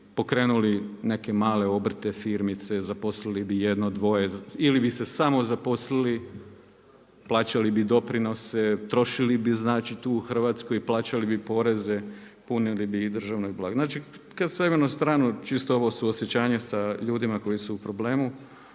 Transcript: pokrenuli neke male obrte, firmice, zaposlili bi jedno, dvoje ili bi se samozaposlili, plaćali bi doprinose, trošili bi tu u Hrvatskoj, plaćali bi poreze, punili bi državnu blagajnu znači kada stavimo na stranu čisto ovo suosjećanje sa ljudima koji su u problemu,